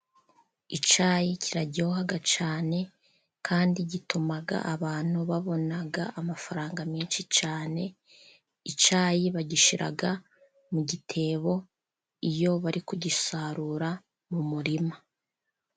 Icyayi kiraryoha cyane kandi gituma abantu babona amafaranga menshi cyane, icyayi bagishyira mu gitebo iyo bari kugisarura mu murima.